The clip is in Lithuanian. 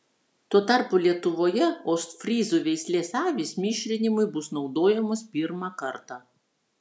tuo tarpu lietuvoje ostfryzų veislės avys mišrinimui bus naudojamos pirmą kartą